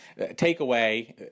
takeaway